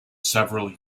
several